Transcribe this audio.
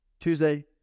Tuesday